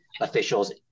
officials